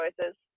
choices